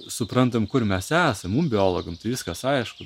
suprantam kur mes esam mum biologam viskas aišku